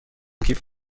کیف